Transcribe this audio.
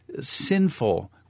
sinful